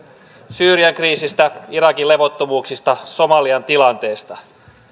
syyrian kriisistä irakin levottomuuksista somalian tilanteesta